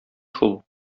шул